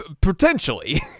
Potentially